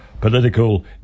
political